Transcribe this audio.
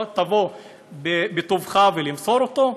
תבוא בטובך למסור אותו?